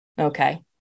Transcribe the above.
okay